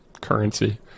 currency